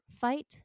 fight